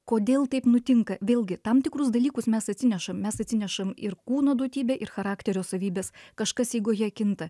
kodėl taip nutinka vėlgi tam tikrus dalykus mes atsinešam mes atsinešam ir kūno duotybę ir charakterio savybes kažkas eigoje kinta